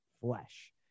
flesh